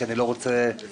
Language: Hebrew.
כי אני לא רוצה לשכוח,